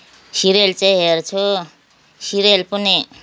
serial चाहिँ हेर्छु serial पनि